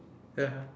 ya